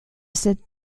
cette